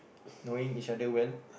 knowing each other well